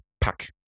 pack